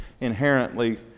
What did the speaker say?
inherently